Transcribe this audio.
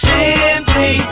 Simply